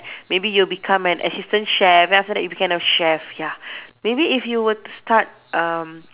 maybe you become an assistant chef then after that you become a chef ya maybe if you were to start um